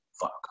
fuck